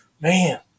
man